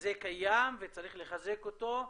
וזה קיים וצריך לחזק אותו,